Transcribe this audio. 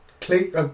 click